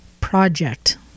project